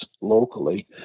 locally